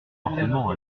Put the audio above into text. fortement